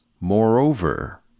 Moreover